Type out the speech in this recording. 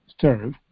serve